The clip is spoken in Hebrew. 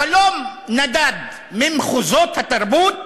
החלום נדד ממחוזות התרבות